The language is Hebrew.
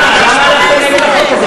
למה הלכתם נגד החוק הזה?